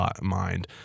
mind